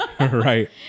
Right